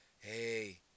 Hey